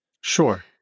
Sure